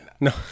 No